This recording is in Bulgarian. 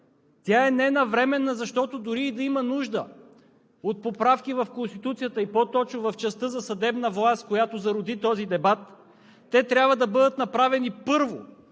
Тя е ненавременна, защото дори и да има нужда от поправки в Конституцията и по-точно в частта за съдебна власт, която зароди този дебат, те трябва да бъдат направени, първо,